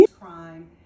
crime